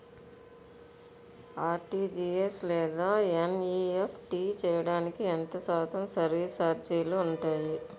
RTGS లేదా NEFT చేయడానికి ఎంత శాతం సర్విస్ ఛార్జీలు ఉంటాయి?